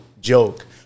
joke